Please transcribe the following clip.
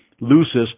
loses